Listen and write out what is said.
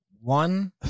one